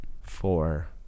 Four